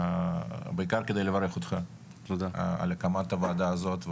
בעיקר כדי לברך אותך על הקמת הוועדה הזאת,